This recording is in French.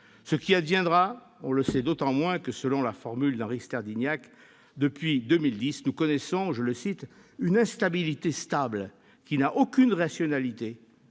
Ce qui adviendra, on le sait d'autant moins que, selon la formule d'Henri Sterdyniak, nous connaissons, depuis 2010, « une instabilité stable qui n'a aucune rationalité.